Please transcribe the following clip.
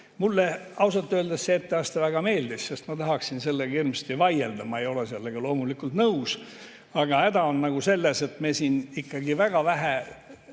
Mulle ausalt öeldes see etteaste väga meeldis, sest ma tahaksin sellele hirmsasti vastu vaielda, ma ei ole sellega loomulikult nõus. Aga häda on selles, et me siin ikkagi väga vähe